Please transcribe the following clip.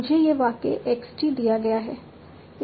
मुझे यह वाक्य x t दिया गया है